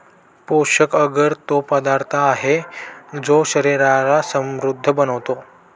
पोषक अगर तो पदार्थ आहे, जो शरीराला समृद्ध बनवतो